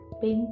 pink